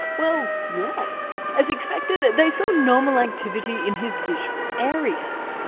well, yes. as expected, they saw normal activity in his visual areas.